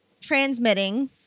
transmitting